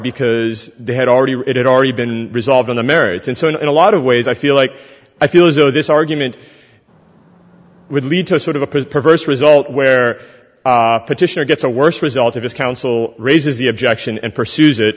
because they had already read it already been resolved on the merits and so in a lot of ways i feel like i feel as though this argument would lead to sort of a perverse result where petitioner gets a worse result of his counsel raises the objection and pursue